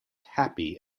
happy